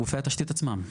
גופי התשתית עצמם.